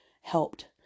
helped